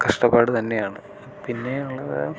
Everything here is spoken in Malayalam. കഷ്ടപ്പാട് തന്നെയാണ് പിന്നെയുള്ളത്